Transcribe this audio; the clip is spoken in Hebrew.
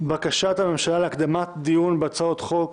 בקשת הממשלה להקדמת דיון בהצעות חוק